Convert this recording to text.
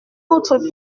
autre